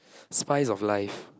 spice of life